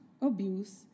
abuse